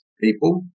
people